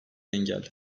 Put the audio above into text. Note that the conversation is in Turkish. engel